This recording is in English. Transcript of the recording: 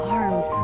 arms